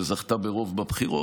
שזכתה ברוב בבחירות.